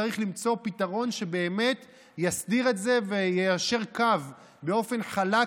צריך למצוא פתרון שבאמת יסדיר את זה ויישר קו באופן חלק,